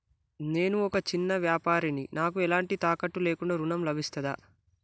నేను ఒక చిన్న వ్యాపారిని నాకు ఎలాంటి తాకట్టు లేకుండా ఋణం లభిస్తదా?